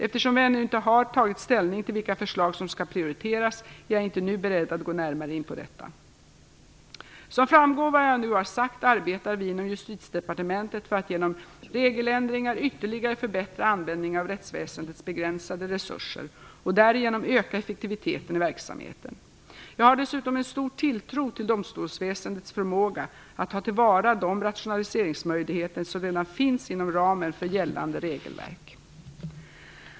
Eftersom vi ännu inte har tagit ställning till vilka förslag som skall prioriteras är jag inte nu beredd att gå närmare in på detta. Som framgår av vad jag nu har sagt arbetar vi inom Justitiedepartementet för att genom regeländringar ytterligare förbättra användningen av rättsväsendets begränsade resurser och därigenom öka effektiviteten i verksamheten. Jag har dessutom en stor tilltro till domstolsväsendets förmåga att ta till vara de rationaliseringsmöjligheter som redan finns inom ramen för gällande regelverk.